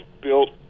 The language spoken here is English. built